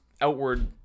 outward